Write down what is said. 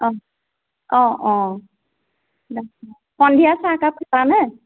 অঁ অঁ অঁ সন্ধিয়া চাহ একাপ